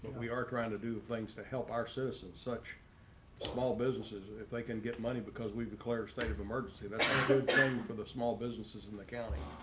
we are trying to do things to help our citizens such small businesses if they can get money because we've declared state of emergency that's a good thing for the small businesses in the county.